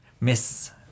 Miss